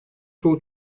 çoğu